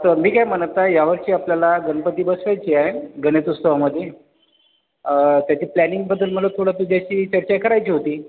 तर मी काय म्हणत आहे यावर्षी आपल्याला गणपती बसवायचे आहे गणेशोत्सवामध्ये त्याची प्लॅनिंगबद्दल मला थोडं तुझ्याशी चर्चा करायची होती